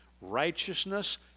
righteousness